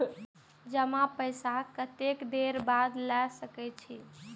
जमा पैसा कतेक देर बाद ला सके छी?